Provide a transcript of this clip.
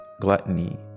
gluttony